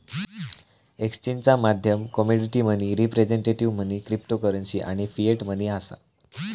एक्सचेंजचा माध्यम commodity money, representative money, cryptocurrency आणि फिएट मनी असा